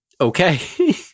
Okay